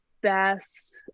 best